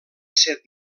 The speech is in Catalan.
set